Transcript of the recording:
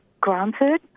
granted